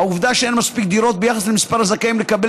העובדה שאין מספיק דירות ביחס למספר הזכאים לקבל